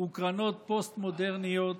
וקרנות פוסט-מודרניות,